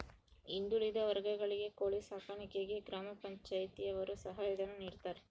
ಹಿಂದುಳಿದ ವರ್ಗಗಳಿಗೆ ಕೋಳಿ ಸಾಕಾಣಿಕೆಗೆ ಗ್ರಾಮ ಪಂಚಾಯ್ತಿ ಯವರು ಸಹಾಯ ಧನ ನೀಡ್ತಾರೆ